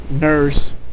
nurse